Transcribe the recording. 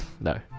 No